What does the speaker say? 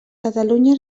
catalunya